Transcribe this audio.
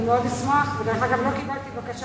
לא קיבלתי תשובה.